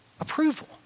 approval